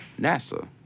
NASA